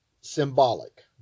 symbolic